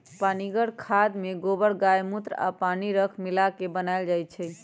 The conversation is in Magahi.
पनीगर खाद में गोबर गायमुत्र आ पानी राख मिला क बनाएल जाइ छइ